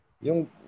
Yung